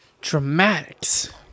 Dramatics